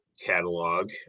catalog